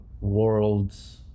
Worlds